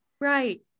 right